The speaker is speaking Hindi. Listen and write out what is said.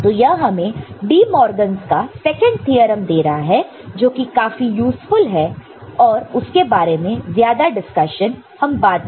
तो यह हमें डिमॉर्गन De Morgan's का सेकंड थ्योरम दे रहा है जो कि काफी यूज़फुल है और उसके बारे में ज्यादा डिस्कशन हम बाद में